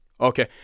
Okay